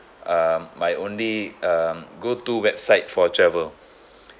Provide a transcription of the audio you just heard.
uh my only um go to website for travel